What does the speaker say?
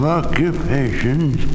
occupations